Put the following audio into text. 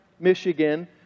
Michigan